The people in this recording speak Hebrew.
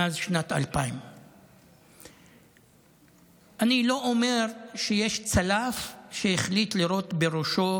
מאז שנת 2000. אני לא אומר שיש צלף שהחליט לירות בראשו